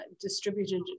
distributed